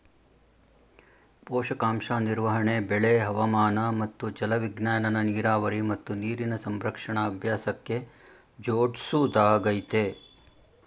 ಪೋಷಕಾಂಶ ನಿರ್ವಹಣೆ ಬೆಳೆ ಹವಾಮಾನ ಮತ್ತು ಜಲವಿಜ್ಞಾನನ ನೀರಾವರಿ ಮತ್ತು ನೀರಿನ ಸಂರಕ್ಷಣಾ ಅಭ್ಯಾಸಕ್ಕೆ ಜೋಡ್ಸೊದಾಗಯ್ತೆ